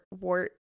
wart